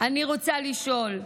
אני רוצה לשאול: